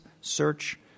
search